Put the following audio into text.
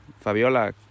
Fabiola